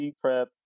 prep